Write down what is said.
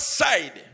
side